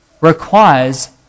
requires